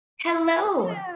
Hello